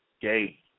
gay